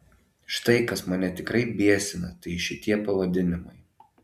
štai kas mane tikrai biesina tai šitie pavadinimai